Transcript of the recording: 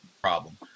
problem